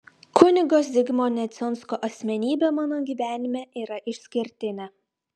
kunigo zigmo neciunsko asmenybė mano gyvenime yra išskirtinė